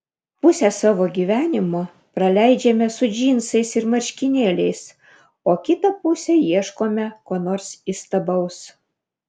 pusę savo gyvenimo praleidžiame su džinsais ir marškinėliais o kitą pusę ieškome ko nors įstabaus